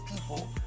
people